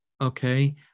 okay